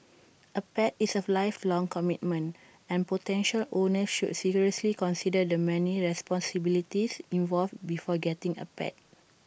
A pet is A lifelong commitment and potential owners should seriously consider the many responsibilities involved before getting A pet